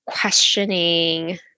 questioning